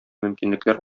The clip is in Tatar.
мөмкинлекләр